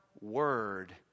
word